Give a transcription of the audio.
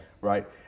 right